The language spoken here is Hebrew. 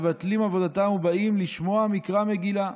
מבטלין עבודתן ובאין לשמוע מקרא מגילה,